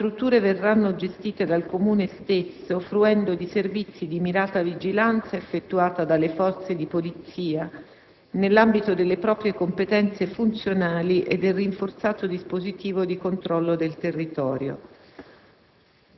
tali strutture verranno gestite dal Comune stesso, fruendo di servizi di mirata vigilanza effettuata dalle forze di polizia, nell'ambito delle proprie competenze funzionali e del rinforzato dispositivo di controllo del territorio.